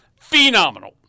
phenomenal